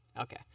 Okay